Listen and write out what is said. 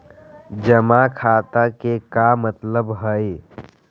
जमा खाता के का मतलब हई?